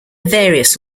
various